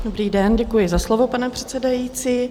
Dobrý den, děkuji za slovo, pane předsedající.